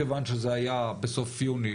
כיוון שזה היה בסוף יוני,